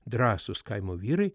drąsūs kaimo vyrai